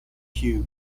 queue